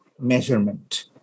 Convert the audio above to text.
measurement